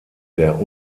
der